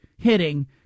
hitting